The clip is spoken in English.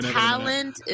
talent